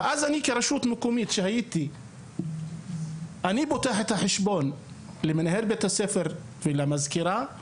ואני כרשות מקומית פותח את החשבון למנהל בית הספר ולמזכירה,